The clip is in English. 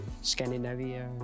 Scandinavia